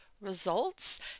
results